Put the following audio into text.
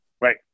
Right